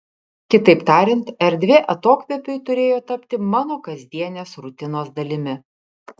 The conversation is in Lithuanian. kitaip tariant erdvė atokvėpiui turėjo tapti mano kasdienės rutinos dalimi